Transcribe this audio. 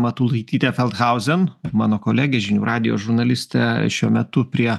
matulaitytė feldhauzen mano kolegė žinių radijo žurnalistė šiuo metu prie